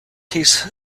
his